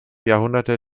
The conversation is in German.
jahrhunderte